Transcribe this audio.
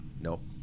Nope